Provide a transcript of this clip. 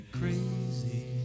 crazy